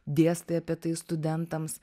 dėstai apie tai studentams